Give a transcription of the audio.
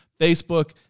Facebook